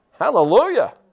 Hallelujah